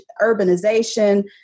urbanization